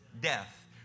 death